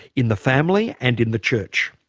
in the family and in the church.